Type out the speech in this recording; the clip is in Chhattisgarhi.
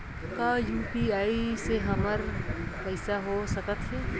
का यू.पी.आई से हमर पईसा हो सकत हे?